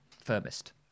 firmest